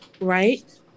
right